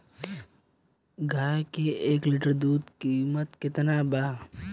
गाय के एक लीटर दूध कीमत केतना बा?